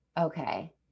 Okay